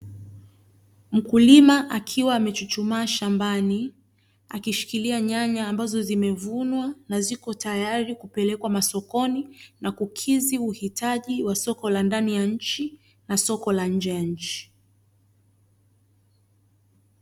Mkulima akiwa amechuchumaa shambani, akishikilia nyanya ambazo zimevunwa na ziko tayari kupelekwa masokoni na kukidhi uhitaji wa soko la ndani ya nchi na soko la nje ya nchi.